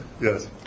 Yes